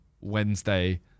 Wednesday